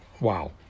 Wow